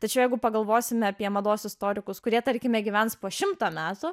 tačiau jeigu pagalvosime apie mados istorikus kurie tarkime gyvens po šimtą metų